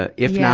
ah if not,